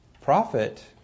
prophet